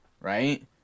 right